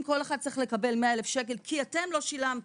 אם כל אחד צריך לקבל 100,000 שקל כי אתם לא שילמתם